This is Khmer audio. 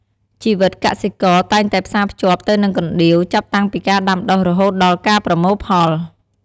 ជីវិតកសិករតែងតែផ្សារភ្ជាប់ទៅនឹងកណ្ដៀវ ចាប់តាំងពីការដាំដុះរហូតដល់ការប្រមូលផល។